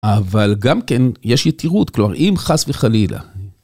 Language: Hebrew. אבל גם כן יש יתירות, כלומר אם חס וחלילה.